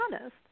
honest